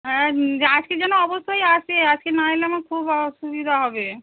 হ্যাঁ আজকে যেন অবশ্যই আসে আজকে না এলে আমার খুব অসুবিধা হবে